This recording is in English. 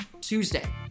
Tuesday